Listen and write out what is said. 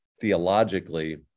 theologically